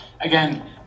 Again